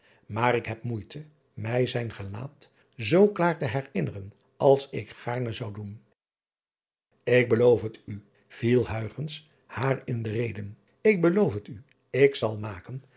maar ik heb moeite mij zijn gelaat zoo klaar te herinneren als ik gaarne zou doen k beloof het u viel haar in de reden ik beloof het u k zal maken